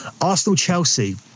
Arsenal-Chelsea